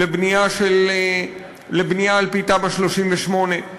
לבנייה על-פי תמ"א 38,